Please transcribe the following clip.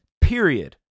Period